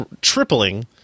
tripling